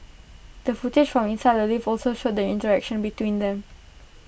the footage from inside the lift also showed the interaction between them